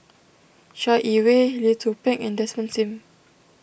Chai Yee Wei Lee Tzu Pheng and Desmond Sim